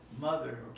mother